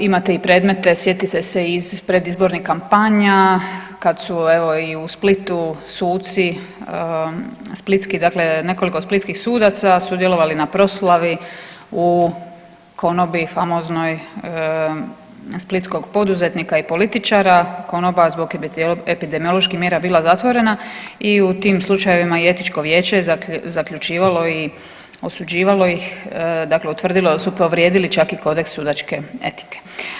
Imate i predmete, sjetite se i iz predizbornih kampanja, kad su evo, i u Splitu suci splitski, dakle nekoliko splitskih sudaca sudjelovali na proslavi u konobi famoznoj splitskog poduzetnika i političara, konoba koja je zbog epidemioloških mjera bila zatvorena i u tim slučajevima je i Etičko vijeće zaključivalo i osuđivalo ih, dakle utvrdili da su povrijedili čak i Kodeks sudačke etike.